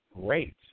great